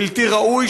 בלתי ראוי.